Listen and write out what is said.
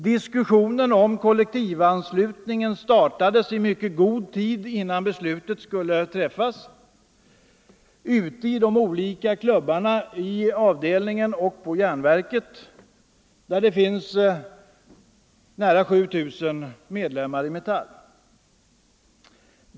Diskussionen om kollektivanslutning startades i mycket god tid innan beslutet skulle träffas ute i olika klubbar, i avdelningarna och på järnverket där det finns nära 7000 medlemmar i Metall.